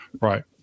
right